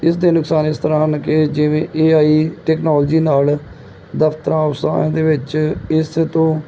ਇਸ ਦੇ ਨੁਕਸਾਨ ਇਸ ਤਰਾਂ ਕੇ ਜਿਵੇਂ ਏ ਆਈ ਟੈਕਨੋਲਜੀ ਨਾਲ ਦਫਤਰਾਂ ਉਸਤਾ ਦੇ ਵਿੱਚ ਇਸ ਤੋਂ